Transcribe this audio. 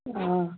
ଅ